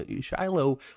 Shiloh